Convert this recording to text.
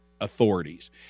authorities